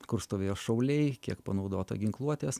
kur stovėjo šauliai kiek panaudota ginkluotės